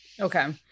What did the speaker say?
Okay